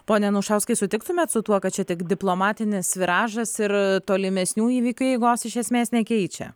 pone anušauskai sutiktumėt su tuo kad čia tik diplomatinis viražas ir tolimesnių įvykių eigos iš esmės nekeičia